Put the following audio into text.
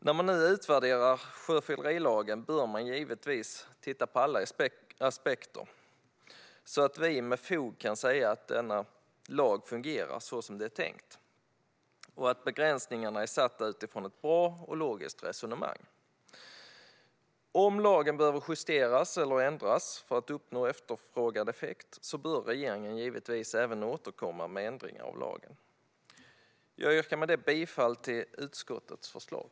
När man nu utvärderar sjöfyllerilagen bör man givetvis titta på alla aspekter, så att vi med fog kan säga att denna lag fungerar så som det är tänkt och att begränsningarna är satta utifrån ett bra och logiskt resonemang. Om lagen behöver justeras eller ändras för att uppnå efterfrågad effekt bör regeringen givetvis även återkomma med ändringar av lagen. Jag yrkar därmed bifall till utskottets förslag.